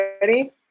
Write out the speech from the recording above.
Ready